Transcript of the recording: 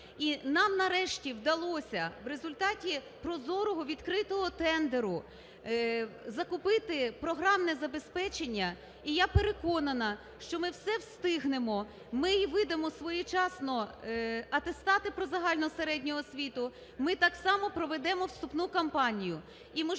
І нам нарешті вдалося в результаті прозорого, відкритого тендеру закупити програмне забезпечення. І я переконана, що ми все встигнемо. Ми і видамо своєчасно атестати про загальну середню освіту, ми так само проведемо вступну кампанію.